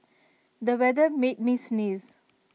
the weather made me sneeze